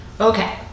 Okay